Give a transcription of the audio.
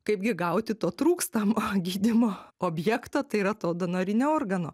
kaipgi gauti to trūkstamo gydymo objektą tai yra to donorinio organo